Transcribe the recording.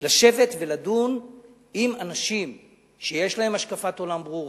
מוטב לשבת ולדון עם אנשים שיש להם השקפת עולם ברורה,